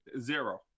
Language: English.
Zero